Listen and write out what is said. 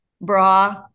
bra